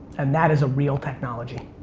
and that is a real technology.